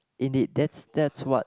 indeed that's that's what